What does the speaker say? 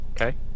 okay